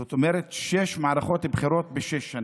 זאת אומרת, שש מערכות בחירות בשש שנים.